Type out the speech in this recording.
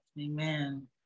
amen